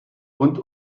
und